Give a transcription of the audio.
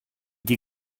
die